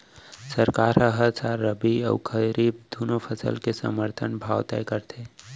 सरकार ह हर साल रबि अउ खरीफ दूनो फसल के समरथन भाव तय करथे